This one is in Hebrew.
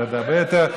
זה עוד הרבה יותר,